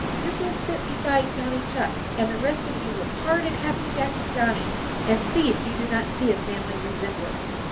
you go sit beside johnny chuck, and the rest of you look hard at happy jack and johnny and see if you do not see a family resemblance.